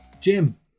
Jim